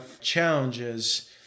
challenges